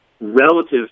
relative